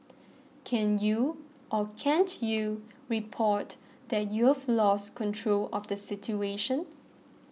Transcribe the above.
can you or can't you report that you've lost control of the situation